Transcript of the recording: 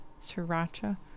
sriracha